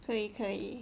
可以可以